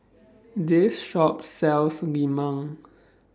This Shop sells Lemang